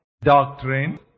doctrine